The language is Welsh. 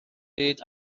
byd